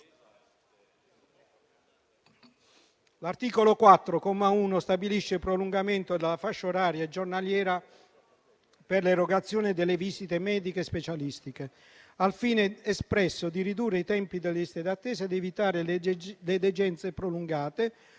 L'articolo 4, comma 1, stabilisce il prolungamento della fascia oraria giornaliera per l'erogazione delle visite mediche specialistiche al fine espresso di ridurre i tempi delle liste d'attesa ed evitare le degenze prolungate